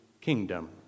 kingdom